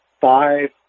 five